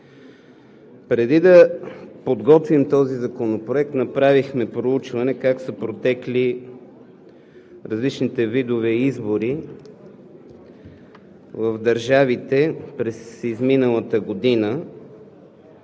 Преди да подготвим този законопроект направихме проучване как са протекли различните видове избори в държавите през изминалата година,